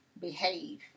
behave